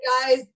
guys